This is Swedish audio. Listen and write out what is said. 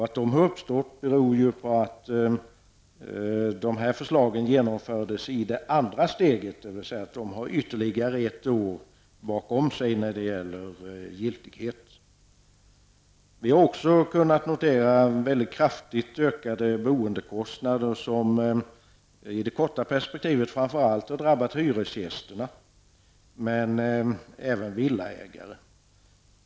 Att de har uppstått beror ju på att förändringarna i det fallet genomfördes i andra steget, dvs. de har ytterligare ett års giltighetstid bakom sig. Vi har också kunnat notera väldigt kraftigt ökade boendekostnader som i det korta perspektivet framför allt har drabbat hyresgästerna men även villaägare.